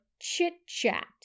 chit-chat